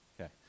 okay